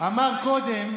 זאת אומרת,